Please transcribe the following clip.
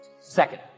Second